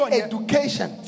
education